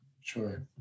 Sure